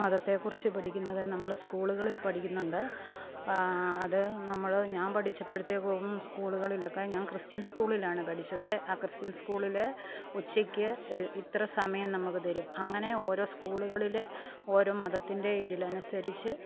മതത്തെക്കുറിച്ച് പഠിക്കുന്നത് നമ്മൾ സ്കൂളുകളിൽ പഠിക്കുന്നുണ്ട് അതു നമ്മൾ ഞാൻ പഠിച്ചപ്പോഴത്തേക്കും സ്കൂളുകളിലൊക്കെ ഞാൻ ക്രിസ്ത്യൻ സ്കൂളിലാണ് പഠിച്ചത് ആ ക്രിസ്ത്യൻ സ്കൂളിൽ ഉച്ചയ്ക്ക് ഇത്ര സമയം നമുക്ക് തരും അങ്ങനെ ഓരോ സ്കൂളുകളിൽ ഓരോ മതത്തിൻ്റെ ഇതിലനുസരിച്ച്